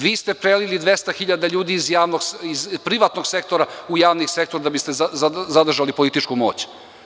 Vi ste prelili 200.000 ljudi iz privatnog sektora u javni sektor da biste zadržali političku moć.